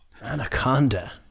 Anaconda